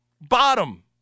Bottom